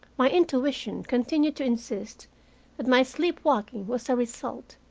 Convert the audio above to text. my intuition continued to insist that my sleepwalking was a result,